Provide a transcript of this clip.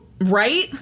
Right